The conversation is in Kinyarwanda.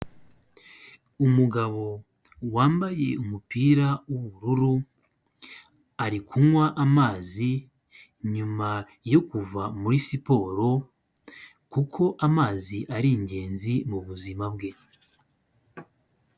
Umugabo wambaye umupira w'ubururu ari kunywa amazi nyuma yo kuva muri siporo kuko amazi ari ingenzi mubuzima bwe.